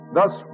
Thus